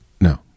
No